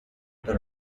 the